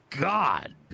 God